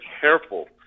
careful